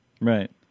right